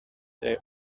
they